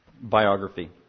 biography